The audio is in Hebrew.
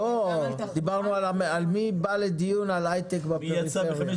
צריך להסתכל על יוקנעם וחיפה צפונה ולא להיתקע בחיפה.